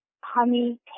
honey